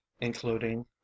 including